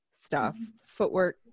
stuff—footwork